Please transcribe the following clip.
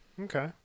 Okay